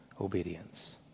obedience